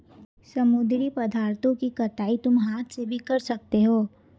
समुद्री पदार्थों की कटाई तुम हाथ से भी कर सकते हो